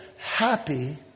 Happy